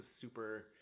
super